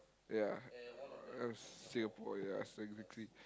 ya uh Singapore ya exactly